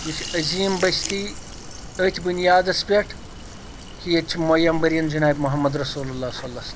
یہِ چھِ عظیٖم بٔستی أتھۍ بُنیادَس پٮ۪ٹھ کہِ ییٚتہِ چھِ موے عمبٔریٖن جِناب محمد رُسول اللہ صلی اللہ علیہِ وسلم